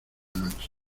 noche